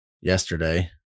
yesterday